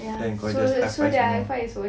then kau just high five semua